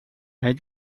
癌症